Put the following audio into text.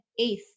eighth